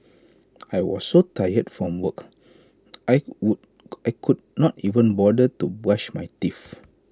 I was so tired from work I would I could not even bother to brush my teeth